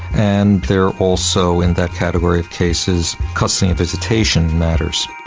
and there are also in that category of cases custody and visitation matters.